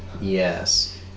Yes